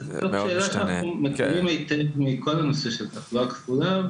זאת שאלה שאנחנו מכירים היטב מכל הנושא של תחלואה כפולה,